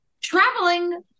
traveling